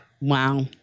Wow